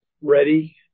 ready